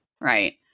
right